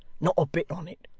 not a bit on it.